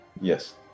Yes